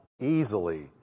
easily